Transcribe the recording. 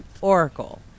Oracle